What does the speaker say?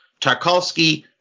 Tarkovsky